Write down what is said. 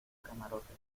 camarote